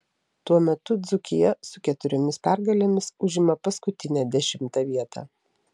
tuo metu dzūkija su keturiomis pergalėmis užima paskutinę dešimtą vietą